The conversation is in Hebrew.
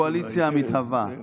הקואליציה המתהווה.